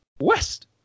west